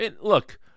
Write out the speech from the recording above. Look